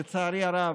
לצערי הרב,